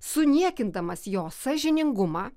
suniekindamas jo sąžiningumą